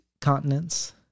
continents